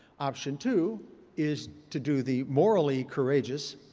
option two is to do the morally courageous,